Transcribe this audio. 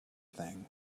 thing